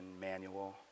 manual